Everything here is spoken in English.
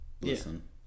Listen